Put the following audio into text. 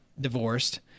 divorced